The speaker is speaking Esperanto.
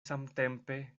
samtempe